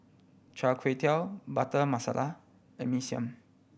Char Kway Teow Butter Masala and Mee Siam